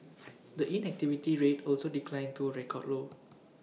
the inactivity rate also declined to A record low